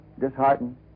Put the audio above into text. disheartened